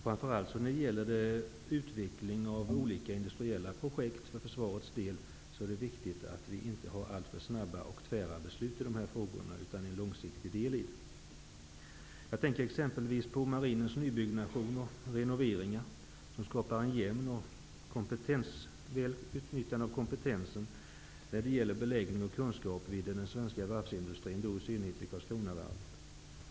Framför allt när det gäller utveckling av olika industriella projekt för försvarets del är det viktigt att vi inte fattar alltför snabba och tvära beslut utan handlar långsiktigt. Jag tänker t.ex. på marinens nybyggnation och renoveringar, som skapar ett jämnt utnyttjande av kompetensen när det gäller beläggning och kunskaper i den svenska varvsindustrin, i synnerhet vid Karlskronavarvet.